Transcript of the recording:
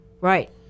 Right